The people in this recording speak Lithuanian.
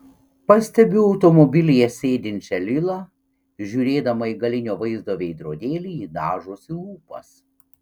pastebiu automobilyje sėdinčią lilą žiūrėdama į galinio vaizdo veidrodėlį ji dažosi lūpas